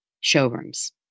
showrooms